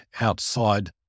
outside